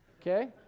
Okay